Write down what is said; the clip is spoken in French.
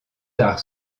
tard